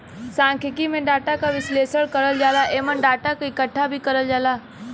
सांख्यिकी में डाटा क विश्लेषण करल जाला एमन डाटा क इकठ्ठा भी करल जाला